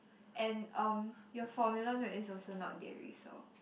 and um your formula milk is also not dairy so